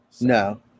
No